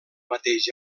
mateix